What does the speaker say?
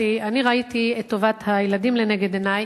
אני ראיתי את טובת הילדים לנגד עיני,